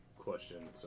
question